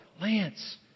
Lance